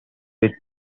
with